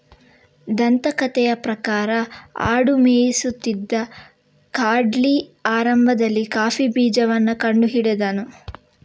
ದಂತಕಥೆಯ ಪ್ರಕಾರ ಆಡು ಮೇಯಿಸುತ್ತಿದ್ದ ಕಾಲ್ಡಿ ಆರಂಭದಲ್ಲಿ ಕಾಫಿ ಬೀಜವನ್ನ ಕಂಡು ಹಿಡಿದನು